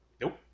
Nope